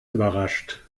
überrascht